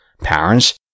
Parents